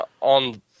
on